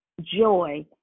joy